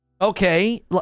Okay